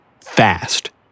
Fast